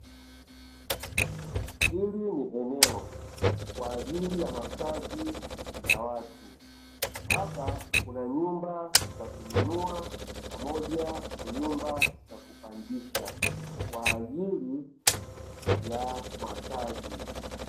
Hili ni eneo kwa ajili ya makazi ya watu ,Hapa kuna nyumba za kununua pamoja na nyumba za kupangisha kwa ajili ya makazi.